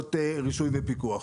בדרישות רישוי ופיקוח.